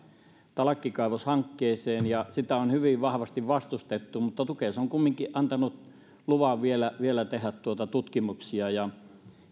talkkikaivoshankkeeseen sitä on hyvin vahvasti vastustettu mutta tukes on kumminkin antanut luvan vielä vielä tehdä tutkimuksia ja